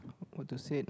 what to say